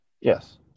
yes